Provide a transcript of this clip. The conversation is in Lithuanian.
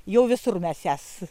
jau visur mes jas